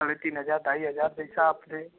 साढ़े तीन तीन हज़ार ढाई हज़ार जैसा आप दें